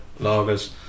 lagers